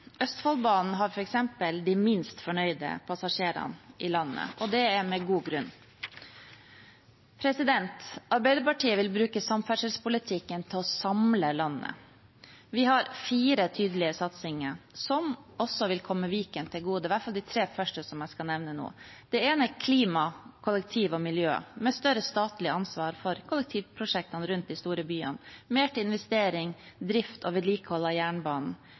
Østfoldbanen har f.eks. de minst fornøyde passasjerene i landet, og det er med god grunn. Arbeiderpartiet vil bruke samferdselspolitikken til å samle landet. Vi har fire tydelige satsninger som også vil komme Viken til gode – i hvert fall de tre første, som jeg skal nevne nå. Det ene er klima, kollektiv og miljø med større statlig ansvar for kollektivprosjektene rundt de store byene – mer til investering, drift og vedlikehold av jernbanen